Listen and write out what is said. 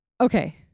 Okay